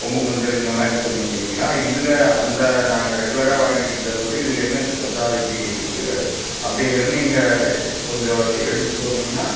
கொம்பு மஞ்சள் இந்த மாதிரி சொன்னீங்க இல்லைங்களா இதில் அந்த நாங்கள் ரெகுலராக வாங்கிட்டிருக்குறத விட இதில் என்ன ஸ்பெசாலிட்டி இருக்குது அப்படிங்குறத நீங்கள் கொஞ்சம் எடுத்து சொன்னீங்கனால்